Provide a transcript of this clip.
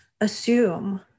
assume